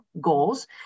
goals